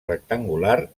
rectangular